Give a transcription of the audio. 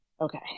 okay